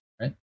right